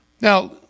Now